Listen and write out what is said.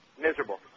miserable